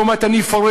ועוד מעט אני אפרט,